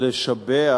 לשבח